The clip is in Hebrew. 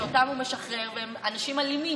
שאותם הוא משחרר והם אנשים אלימים.